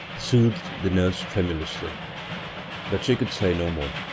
soothed the nurse tremulously but she could say no more.